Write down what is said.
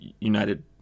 United